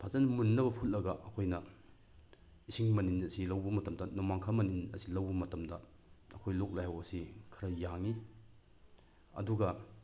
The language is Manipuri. ꯐꯖꯅ ꯃꯨꯟꯅꯕ ꯐꯨꯠꯂꯒ ꯑꯩꯈꯣꯏꯅ ꯏꯁꯤꯡ ꯃꯅꯤꯟ ꯑꯁꯤ ꯂꯧꯕ ꯃꯇꯝꯗ ꯅꯣꯡꯃꯥꯡꯈꯥ ꯃꯅꯤꯟ ꯑꯁꯤ ꯂꯧꯕ ꯃꯇꯝꯗ ꯑꯩꯈꯣꯏ ꯂꯣꯛ ꯂꯥꯏꯍꯧ ꯑꯁꯤ ꯈꯔ ꯌꯥꯡꯏ ꯑꯗꯨꯒ